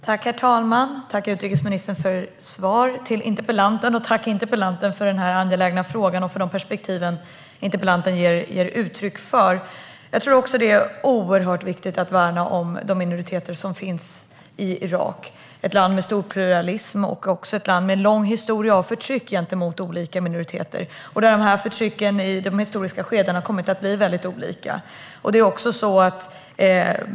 Herr talman! Jag tackar utrikesministern för svaret, och jag tackar interpellanten för den angelägna frågan och för de perspektiv interpellanten ger uttryck för. Det är oerhört viktigt att värna om de minoriteter som finns i Irak. Det är ett land med stor pluralism, och det är ett land med en lång historia av förtryck gentemot olika minoriteter. Förtrycket har i olika historiska skeden tagit sig olika uttryck.